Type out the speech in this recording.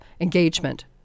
engagement